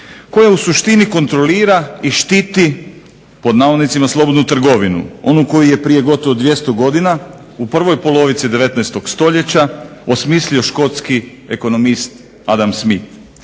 koja u suštini kontrolira i štiti pod navodnicima "slobodnu trgovinu", onu koju je prije gotovo 200 godina u prvoj polovici 19. stoljeća osmislio škotski ekonomist Adam Smith.